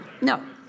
No